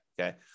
okay